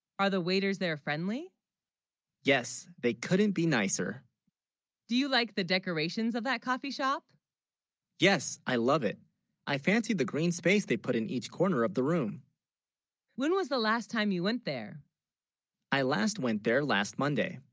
are the waiters they're, friendly yes they couldn't be nicer do you, like the decorations of that coffee shop yes i love it i fancied the green space they put in each corner of the room when, was the last time you went there i last went there last monday